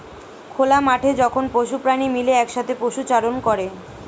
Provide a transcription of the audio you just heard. খোলা মাঠে যখন পশু প্রাণী মিলে একসাথে পশুচারণ করে